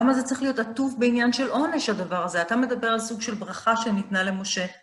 למה זה צריך להיות עטוף בעניין של עונש, הדבר הזה, אתה מדבר על סוג של ברכה שניתנה למשה.